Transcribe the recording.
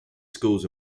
schools